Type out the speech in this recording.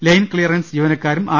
line clearance ജീവനക്കാരും R